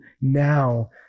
now